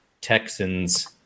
Texans